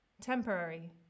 temporary